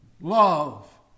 love